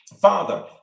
Father